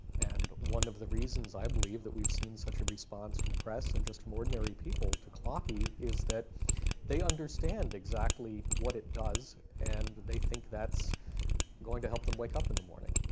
and one of the reasons i believe that we've seen such a response from press, and just from ordinary people to clocky, is that they understand exactly what it does, and they think that's going to help them wake up in the morning.